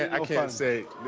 i can't say